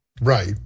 Right